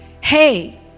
Hey